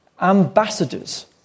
ambassadors